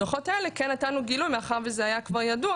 בדו"חות האלה כן נתנו גילום מאחר וזה היה כבר ידוע